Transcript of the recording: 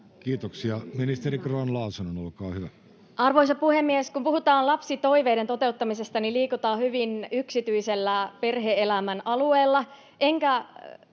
kesk) Time: 16:35 Content: Arvoisa puhemies! Kun puhutaan lapsitoiveiden toteuttamisesta, liikutaan hyvin yksityisellä perhe-elämän alueella,